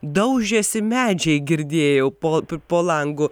daužėsi medžiai girdėjau po po langu